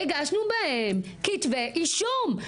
הגשנו בהם כתבי אישום,